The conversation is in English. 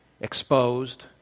exposed